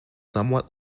somewhat